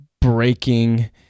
breaking